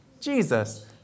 Jesus